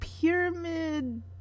pyramid